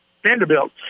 Vanderbilt